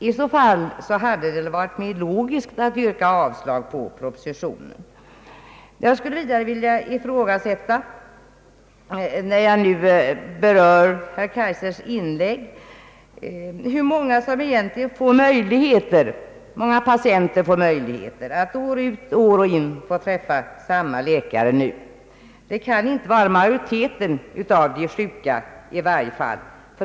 Om så skulle vara fallet hade det varit mer logiskt att yrka avslag på propositionen. Jag vill vidare fråga — när jag nu berör herr Kaijsers inlägg — hur många patienter det är som nu har möjligheten att år ut och år in träffa samma läkare. Det kan i varje fall inte vara majoriteten av de sjuka.